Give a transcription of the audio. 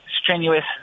strenuous